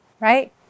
right